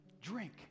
Drink